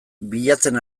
bilatzen